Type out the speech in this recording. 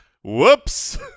Whoops